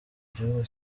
gihugu